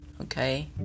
okay